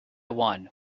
one